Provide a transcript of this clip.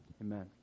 amen